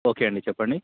okay అండి చెప్పండి